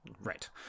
Right